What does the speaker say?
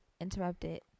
interrupted